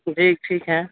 جی ٹھیک ہے